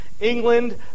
England